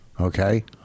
Okay